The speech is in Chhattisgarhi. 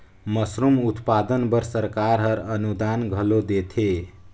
मसरूम उत्पादन बर सरकार हर अनुदान घलो देथे